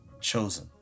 chosen